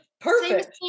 Perfect